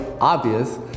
obvious